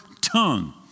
tongue